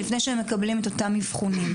לפני שהם מקבלים את אותם אבחונים,